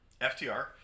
FTR